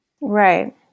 right